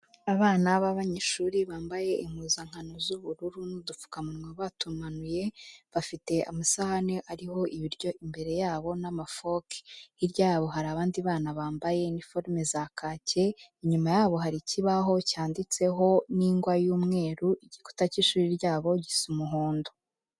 Abana b'abanyeshuri bambaye impuzankano z'ubururu n'udupfukamunwa batumanuye, bafite amasahani ariho ibiryo imbere yabo n'amafoke, hirya yabo hari abandi bana bambaye iniforume za kake, inyuma yabo hari ikibaho cyanditseho n'ingwa y'umweru, igikuta cy'ishuri ryabo gisa umuhondo.